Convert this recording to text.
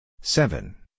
seven